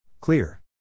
Clear